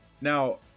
now